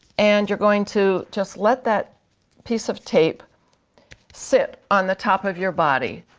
and you're going to just let that piece of tape sit on the top of your body.